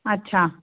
ಅಚ್ಚ